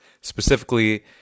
specifically